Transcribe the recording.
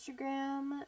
instagram